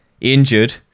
injured